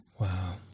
Wow